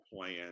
plan